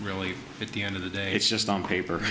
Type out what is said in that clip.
really at the end of the day it's just on paper